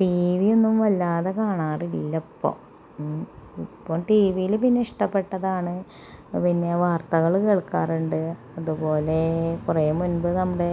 T V യൊന്നും വല്ലാതെ കാണാറില്ലപ്പോ ഉം ടീ വി യില് പിന്നെ ഇഷ്ടപ്പെട്ടതാണ് പിന്നെ വാർത്തകൾ കേൾക്കാറുണ്ട് അത്പോലെ കുറെ മുമ്പ് നമ്മുടെ